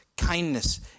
kindness